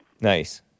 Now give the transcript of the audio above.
Nice